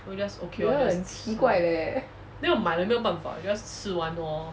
!eeyer! 很奇怪 leh